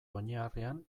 oinarrian